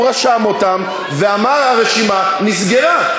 הוא רשם אותם ואמר: הרשימה נסגרה.